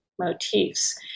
motifs